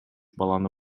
баланы